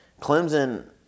Clemson